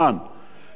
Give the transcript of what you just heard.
הגעתי בזמן.